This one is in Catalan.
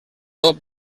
tot